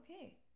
okay